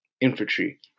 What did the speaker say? infantry